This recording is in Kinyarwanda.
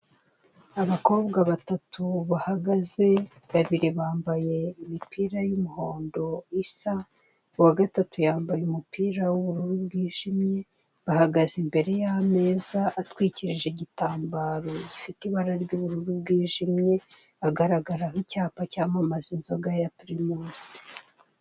Abakobwa batatu bahagaze babiri bambaye imipira y'umuhondo isa uwa gatatu yambaye umupira w'ubururu bwijimye, bahagaze imbere y'ameza atwikirije igitambaro gifite ibara ry'ubururu bwijimye hagaragaraho icyapa cyamamaza inzoga ya PRIMUS.